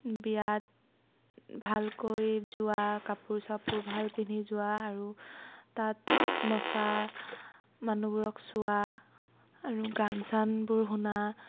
বিয়াত ভালকৈ যোৱা কাপোৰ চাপোৰ ভাল পিন্ধি যোৱা আৰু তাত নচা মানুহবোৰক চোৱা আৰু গান চানবোৰ শুনা